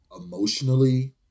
emotionally